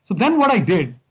so then what i did,